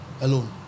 Alone